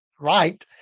right